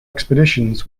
expeditions